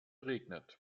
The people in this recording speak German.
regnet